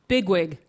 Bigwig